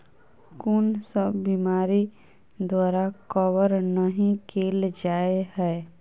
कुन सब बीमारि द्वारा कवर नहि केल जाय है?